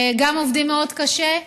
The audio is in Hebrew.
גם עובדים מאוד קשה.